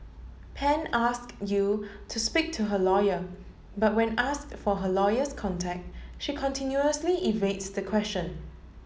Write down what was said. Pan asked Yew to speak to her lawyer but when asked for her lawyer's contact she continuously evades the question